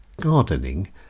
gardening